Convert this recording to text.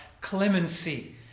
clemency